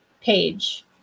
page